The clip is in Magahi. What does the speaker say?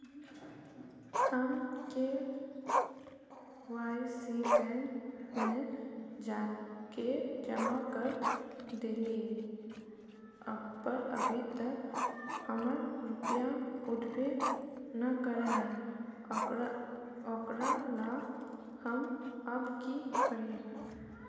हम के.वाई.सी बैंक में जाके जमा कर देलिए पर अभी तक हमर रुपया उठबे न करे है ओकरा ला हम अब की करिए?